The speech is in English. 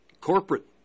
corporate